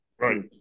Right